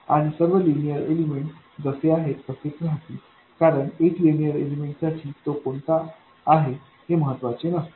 आणि सर्व linear element जसे आहेत तसेच राहतील कारण एक लिनियर एलिमेंट साठी तो कोणता आहे हे महत्त्वाचे नसते